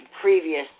previous